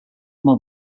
more